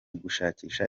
gushakisha